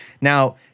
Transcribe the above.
Now